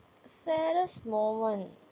saddest moment